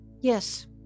Yes